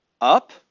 up